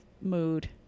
mood